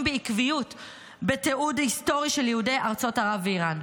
בעקביות בתיעוד היסטורי של יהודי ארצות ערב ואיראן.